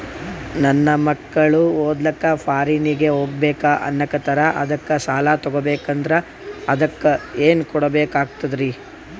ನನ್ನ ಮಕ್ಕಳು ಓದ್ಲಕ್ಕ ಫಾರಿನ್ನಿಗೆ ಹೋಗ್ಬಕ ಅನ್ನಕತ್ತರ, ಅದಕ್ಕ ಸಾಲ ತೊಗೊಬಕಂದ್ರ ಅದಕ್ಕ ಏನ್ ಕೊಡಬೇಕಾಗ್ತದ್ರಿ?